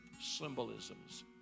symbolisms